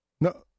No